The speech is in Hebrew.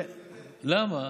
למה?